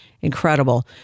Incredible